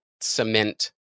cement